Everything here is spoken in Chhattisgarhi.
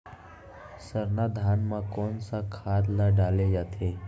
सरना धान म कोन सा खाद ला डाले जाथे?